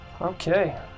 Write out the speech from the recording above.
Okay